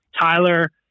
Tyler